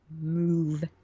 move